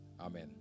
Amen